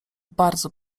bardzo